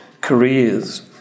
careers